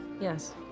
yes